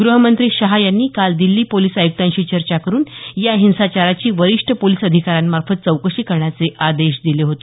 गृहमंत्री शाह यांनी काल दिल्ली पोलिस आयुक्तांशी चर्चा करून या हिंसाचाराची वरिष्ठ पोलिस अधिकाऱ्यामार्फत चौकशी करण्याचे आदेश दिले होते